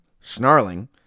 snarling